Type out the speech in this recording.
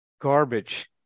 garbage